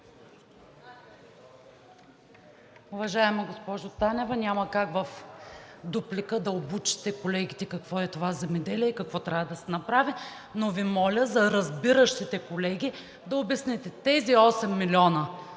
Уважаема госпожо Танева, няма как в дуплика да обучите колегите какво е това „земеделие“, какво трябва да се направи. Но Ви моля за разбиращите колеги да обясните – тези 8 млн.